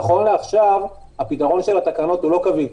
נכון לעכשיו הפתרון של התקנות הוא לא קביל,